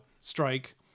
strike